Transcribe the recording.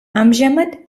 ამჟამად